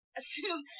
assume